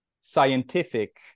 scientific